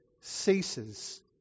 ceases